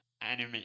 anime